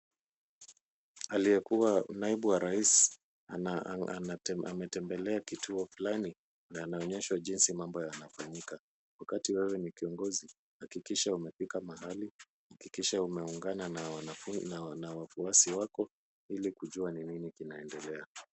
Aliyekuwa naibu wa rais ametembelea kituo fulani na anaonyeshwa jinsi mambo yanafanyika. Wakati wewe ni kiongozi hakikisha umefika mahali, hakikisha umeungana na wafuasi wako ili kujua ni nini kinaendelea.